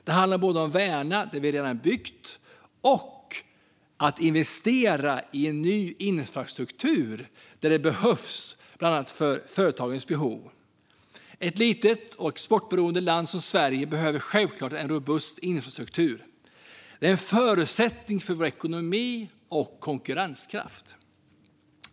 Det handlar både om att värna det vi redan har byggt och om att investera i ny infrastruktur där det behövs för bland annat företagens behov. Ett litet, exportberoende land som Sverige behöver självklart en robust infrastruktur. Det är en förutsättning för vår ekonomi och konkurrenskraft.